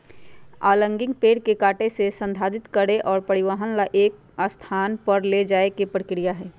logging पेड़ के काटे से, संसाधित करे और परिवहन ला एक स्थान पर ले जाये के प्रक्रिया हई